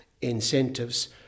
incentives